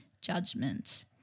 judgment